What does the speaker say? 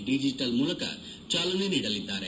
Y ಗೆ digital ಮೂಲಕ ಚಾಲನೆ ನೀಡಲಿದ್ದಾರೆ